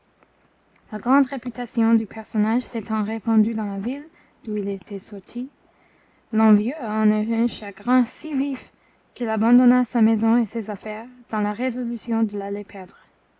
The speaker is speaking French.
la grande réputation du personnage s'étant répandue dans la ville d'où il était sorti l'envieux en eut un chagrin si vif qu'il abandonna sa maison et ses affaires dans la résolution de l'aller perdre